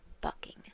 bucking